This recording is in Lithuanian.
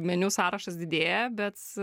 meniu sąrašas didėja bet